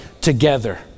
together